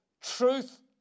Truth